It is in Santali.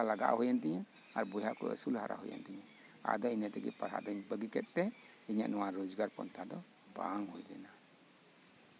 ᱟᱫᱚ ᱤᱧᱟᱹᱜ ᱠᱟᱹᱢᱤ ᱞᱟᱦᱟ ᱞᱟᱜᱟᱣ ᱦᱩᱭᱮᱱ ᱛᱤᱧᱟ ᱟᱨ ᱵᱚᱭᱦᱟ ᱠᱚ ᱟᱹᱥᱩᱞ ᱦᱟᱨᱟ ᱦᱩᱭᱮᱱ ᱛᱤᱧᱟ ᱟᱫᱚ ᱤᱱᱟᱹ ᱛᱮᱜᱮ ᱯᱟᱲᱦᱟᱜ ᱠᱚᱧ ᱵᱟᱹᱜᱤ ᱠᱮᱜ ᱛᱮ ᱤᱧᱟᱹᱜ ᱱᱚᱣᱟ ᱨᱳᱡᱜᱟᱨ ᱯᱟᱱᱛᱷᱟ ᱫᱚ ᱵᱟᱝ ᱦᱩᱭ ᱞᱮᱱᱟ